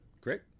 great